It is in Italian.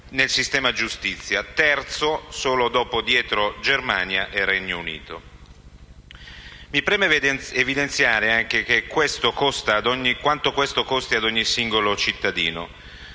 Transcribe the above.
nel sistema giustizia: terzo, solo dietro a Germania e Regno Unito. Mi preme altresì evidenziare quanto questo costi ad ogni singolo cittadino.